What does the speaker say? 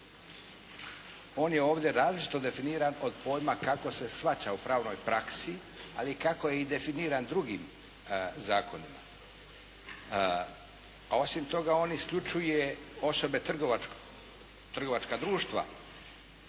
On je ovdje različito definiran od pojma kako se shvaća u pravnoj praksi, ali kako je definiran i drugim zakonima, a osim toga on isključuje osobe trgovačka društva